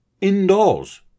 indoors